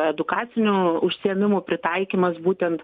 edukacinių užsiėmimų pritaikymas būtent